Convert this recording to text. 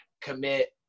commit